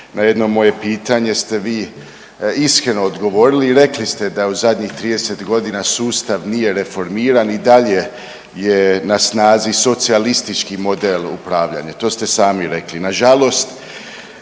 na jedno moje pitanje ste vi iskreno odgovorili i rekli ste da je u zadnjih 30 godina sustav nije reformiran, i dalje je na snazi socijalistički model upravljanja, to ste sami rekli. Nažalost